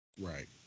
Right